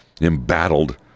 embattled